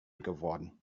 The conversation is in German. geworden